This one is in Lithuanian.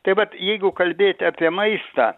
tai vat jeigu kalbėt apie maistą